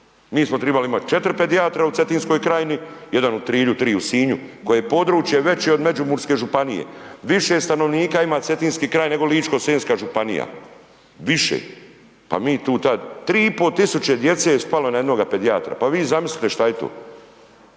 mi smo tribali imati 4 pedijatra u Cetinskoj krajini, jedan u Trilju, tri u Sinju koje je područje veće od Međimurske županije, više stanovnika ima Cetinski kraj, nego Ličko-senjska županija, više, pa mi tu ta, 3500 djece je spalo na jednoga pedijatra, pa vi zamislite šta je to,